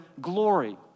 glory